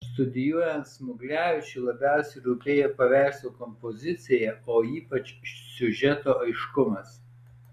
studijuojant smuglevičiui labiausiai rūpėjo paveikslo kompozicija o ypač siužeto aiškumas